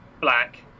black